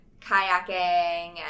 kayaking